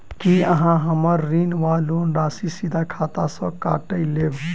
की अहाँ हम्मर ऋण वा लोन राशि सीधा खाता सँ काटि लेबऽ?